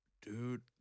dude